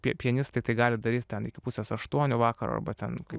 pia pianistai tai gali daryti ten iki pusės aštuonių vakaro va ten kaip